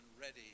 ready